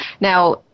Now